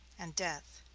and death.